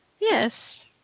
Yes